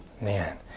Man